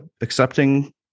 accepting